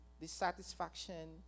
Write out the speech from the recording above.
dissatisfaction